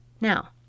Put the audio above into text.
Now